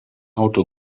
auto